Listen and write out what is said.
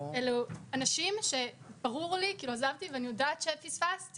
אלה אנשים שעזבתי ואני יודעת שפספסתי